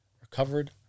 Recovered